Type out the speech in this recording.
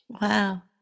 Wow